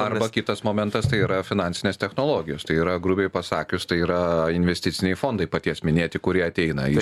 arba kitas momentas tai yra finansinės technologijos tai yra grubiai pasakius tai yra investiciniai fondai paties minėti kurie ateina į